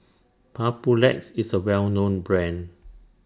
Papulex IS A Well known Brand